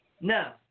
No